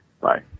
Bye